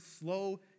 slow